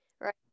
right